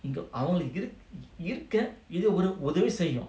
இங்கஅவங்களுக்குஇருஇருக்கஉதவிசெய்யும்:inga avangaluku iru irukka udhavi seyyum